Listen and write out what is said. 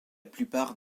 plupart